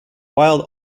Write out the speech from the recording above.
wild